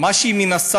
מה שהיא מנסה,